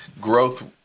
growth